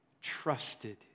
trusted